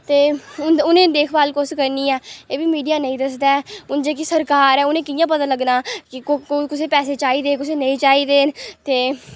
ते उ'नें ई देख भाल कुस करनी ऐ एह्बी मीडिया नेईं दसदा ऐ हून जेह्की सरकार ऐ उ'नें ई कि'यां पता लग्गना कि कुसी पैसे चाहिदे कुसी नेईं चाहिदे न ते